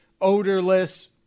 odorless